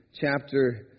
Chapter